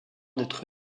d’être